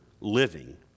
living